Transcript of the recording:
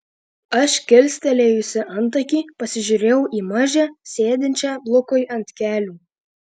aš kilstelėjusi antakį pasižiūrėjau į mažę sėdinčią lukui ant kelių